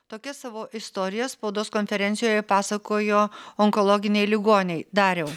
tokias savo istorijas spaudos konferencijoje pasakojo onkologiniai ligoniai dariau